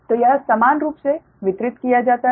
तो यह समान रूप से वितरित किया जाता है